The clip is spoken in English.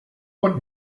what